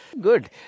Good